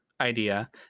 idea